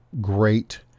great